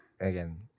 Again